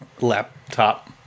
Laptop